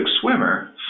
swimmer